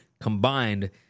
combined